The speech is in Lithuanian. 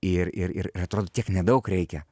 ir ir ir ir atrodo tiek nedaug reikia